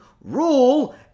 rule